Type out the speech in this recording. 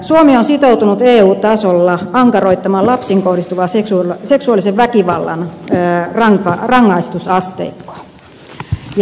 suomi on sitoutunut eu tasolla ankaroittamaan lapsiin kohdistuvan seksuaalisen väkivallan rangaistusasteikkoa